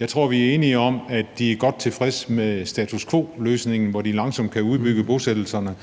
Jeg tror, vi er enige om, at de er godt tilfredse med status quo-løsningen, hvor de langsomt kan udbygge bosættelserne